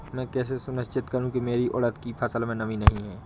मैं कैसे सुनिश्चित करूँ की मेरी उड़द की फसल में नमी नहीं है?